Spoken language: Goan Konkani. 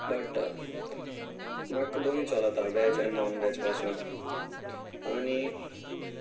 बट म्हाका दोनीय चलता वेज आनी नॉन वॅज पासून आनी